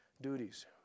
duties